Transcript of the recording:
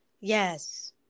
Yes